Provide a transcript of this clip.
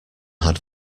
had